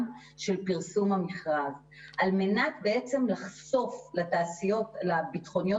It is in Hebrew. של פרסום המכרז על מנת לחשוף לתעשיות הביטחוניות